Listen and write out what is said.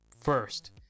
first